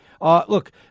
Look